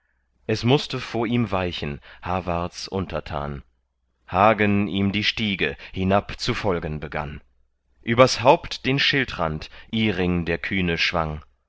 es mußte vor ihm weichen hawarts untertan hagen ihm die stiege hinab zu folgen begann übers haupt den schildrand iring der kühne schwang